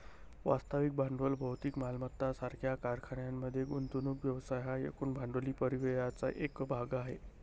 वास्तविक भांडवल भौतिक मालमत्ता सारख्या कारखान्यांमध्ये गुंतवणूक व्यवसाय हा एकूण भांडवली परिव्ययाचा एक भाग आहे